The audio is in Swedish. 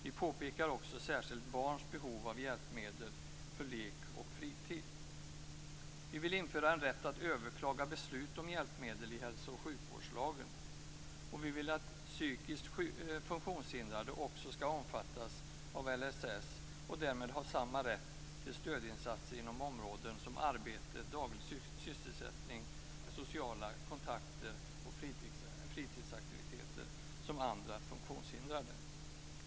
Vi påpekar särskilt barns behov av hjälpmedel för lek och fritid. Vi vill införa en rätt att överklaga beslut om hjälpmedel i hälso och sjukvårdslagen. Vi vill att psykiskt funktionshindrade också skall omfattas av LSS och därmed ha samma rätt som andra funktionshindrade till stödinsatser inom områden som arbete, daglig sysselsättning, sociala kontakter och fritidsaktiviteter.